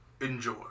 enjoy